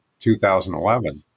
2011